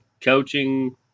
coaching